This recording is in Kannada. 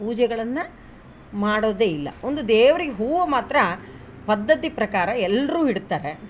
ಪೂಜೆಗಳನ್ನು ಮಾಡೋದೇ ಇಲ್ಲ ಒಂದು ದೇವ್ರಿಗೆ ಹೂವು ಮಾತ್ರ ಪದ್ಧತಿ ಪ್ರಕಾರ ಎಲ್ಲರು ಇಡ್ತಾರೆ